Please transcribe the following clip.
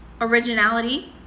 originality